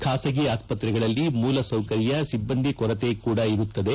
ಖಾಸಗಿ ಆಸ್ಪತ್ರೆಗಳಲ್ಲಿ ಮೂಲಸೌಕರ್ಯ ಸಿಬ್ಬಂದಿ ಕೊರತೆ ಕೂಡ ಇರುತ್ತದೆ